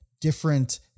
different